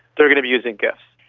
they are going to be using gifs.